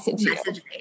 message